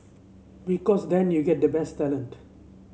because then you get the best talent